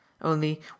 Only